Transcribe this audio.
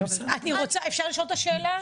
אפשר לשאול אותה שאלה?